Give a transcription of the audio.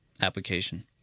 application